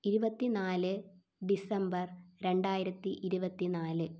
ഇരുപത്തി നാല് ഡിസംബർ രണ്ടായിരത്തി ഇരുപത്തി നാല്